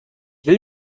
will